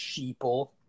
Sheeple